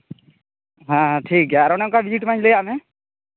ᱦᱮᱸ ᱴᱷᱤᱠ ᱜᱮᱭᱟ ᱟᱨ ᱚᱱᱮ ᱚᱱᱠᱟ ᱵᱷᱤᱡᱤᱴ ᱢᱟᱧ ᱞᱟᱹᱭᱟᱫ ᱢᱮ